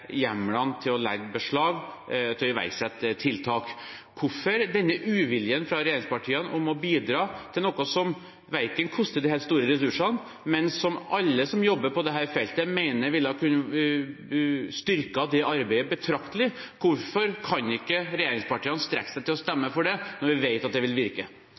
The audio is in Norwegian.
noe som ikke koster de helt store ressursene, og som alle som jobber på dette feltet, mener ville kunne styrket dette arbeidet betraktelig? Hvorfor kan ikke regjeringspartiene strekke seg til å stemme for det, når vi vet at det vil virke?